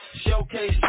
Showcase